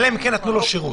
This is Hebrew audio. אלא אם כן נתנו לו שירות.